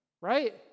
Right